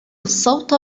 الصوت